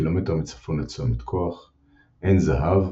כקילומטר מצפון לצומת כ"ח; עין זהב,